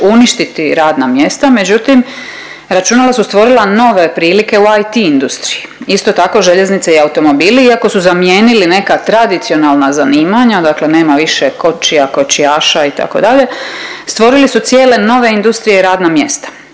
uništiti radna mjesta međutim računala su stvorila nove prilike u IT industriji. Isto tako željeznica i automobili iako su zamijenili neka tradicionalna zanimanja, dakle nema više kočija, kočijaša itd. stvorili su cijele nove industrije i radna mjesta.